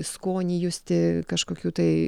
skonį justi kažkokių tai